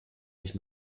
ich